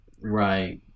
Right